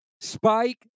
Spike